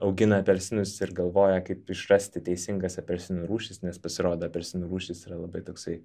augina apelsinus ir galvoja kaip išrasti teisingas apelsinų rūšis nes pasirodo apelsinų rūšys yra labai toksai